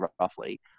roughly